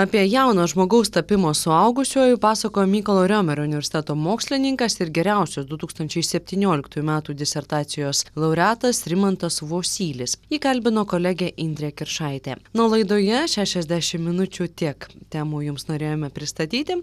apie jauno žmogaus tapimą suaugusiuoju pasakojo mykolo riomerio universiteto mokslininkas ir geriausios du tūkstančiai septynioliktųjų metų disertacijos laureatas rimantas vosylis jį kalbino kolegė indrė kiršaitė na o laidoje šešiasdešim minučių tiek temų jums norėjome pristatyti